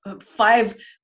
five